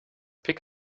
pick